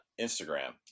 Instagram